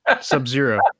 Sub-Zero